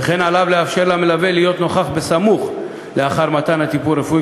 וכן עליו לאפשר למלווה להיות נוכח בסמוך לאחר מתן הטיפול הרפואי,